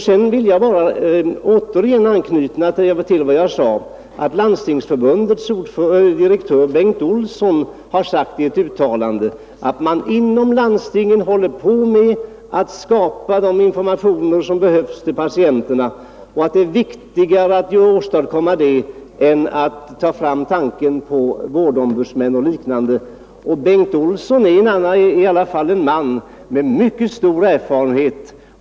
Sedan vill jag återigen anknyta till vad Landstingsförbundets direktör Bengt Olsson har sagt i ett uttalande, nämligen att man inom landstingen håller på med att skapa de informationer som behövs för patienterna och att det är viktigare att åstadkomma sådana än att ta upp tanken på vårdombudsmän och liknande. Bengt Olsson är i alla fall en man med 137 mycket stor erfarenhet.